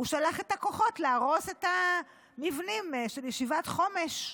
הוא שלח את הכוחות להרוס את המבנים של ישיבת חומש.